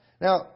Now